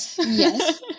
Yes